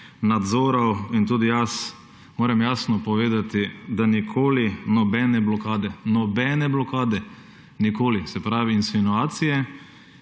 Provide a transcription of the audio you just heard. nadzorov in tudi jaz moram jasno povedati, da nikoli nobene blokade. Nobene blokade nikoli. Se pravi, insinuacije,